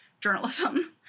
journalism